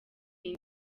iyi